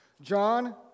John